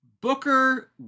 booker